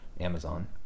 Amazon